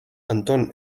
anton